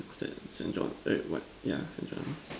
Saint Saint John eh what yeah Saint John